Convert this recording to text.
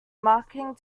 marketing